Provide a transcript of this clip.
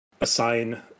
assign